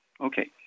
Okay